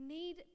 need